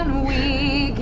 and we